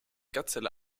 gazelle